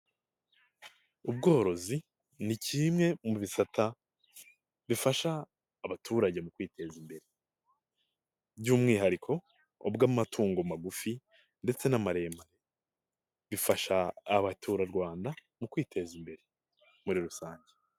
Ubworozi ni kimwe mu bisata bifasha abaturage mu kwiteza imbere, by'umwihariko ubw'amatungo magufi ndetse n'amaremare, bifasha abaturarwanda mu kwiteza imbere muri rusange.